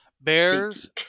Bears